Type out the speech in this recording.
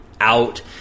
out